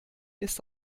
ist